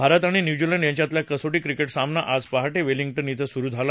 भारत आणि न्यूझीलंड यांच्यातला कसोटी क्रिकेट सामना आज पहाटे वेलिंग्टन ध्वां सुरु झाला